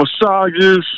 massages